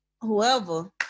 whoever